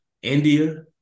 India